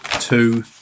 two